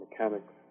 mechanics